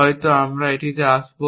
হয়তো আমরা এটিতে আসব